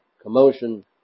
commotion